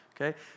Okay